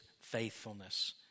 faithfulness